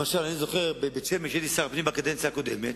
למשל, אני זוכר שכשהייתי שר בקדנציה הקודמת,